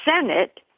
Senate